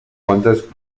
quantes